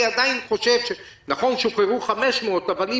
אני עדיין חושב נכון ששוחררו 500 אבל אם